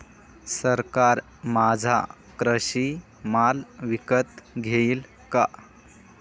सरकार माझा कृषी माल विकत घेईल का?